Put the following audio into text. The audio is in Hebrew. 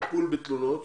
טיפול בתלונות,